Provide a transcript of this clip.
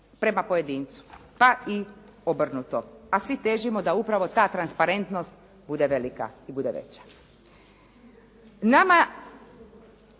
prema pojedincu pa i obrnuto, a svi težimo da upravo ta transparentnost bude velika i bude veća. Nama